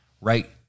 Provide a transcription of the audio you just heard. right